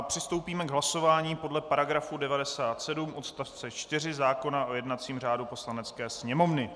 Přistoupíme k hlasování podle § 97 odst. 4 zákona o jednacím řádu Poslanecké sněmovny.